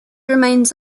remains